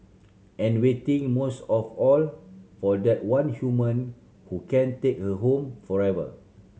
and waiting most of all for that one human who can take her home forever